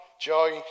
joy